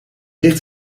ligt